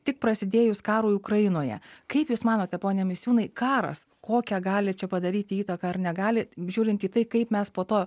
tik prasidėjus karui ukrainoje kaip jūs manote pone misiūnai karas kokič gali čia padaryti įtaką ar negali žiūrint į tai kaip mes po to